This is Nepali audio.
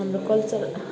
हाम्रो कल्चरल